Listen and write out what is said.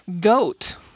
goat